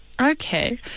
Okay